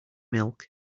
milk